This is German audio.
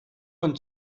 und